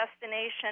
destination